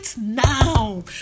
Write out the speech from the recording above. now